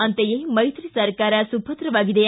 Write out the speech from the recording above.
ಅಂತೆಯೇ ಮೈತ್ರಿ ಸರ್ಕಾರ ಸುಭದ್ರವಾಗಿದೆ